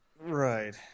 Right